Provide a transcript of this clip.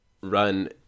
run